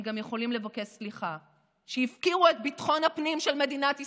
הם גם יכולים לבקש סליחה על שהפקירו את ביטחון הפנים של מדינת ישראל,